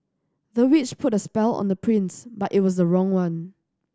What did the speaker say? the witch put a spell on the prince but it was the wrong one